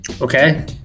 Okay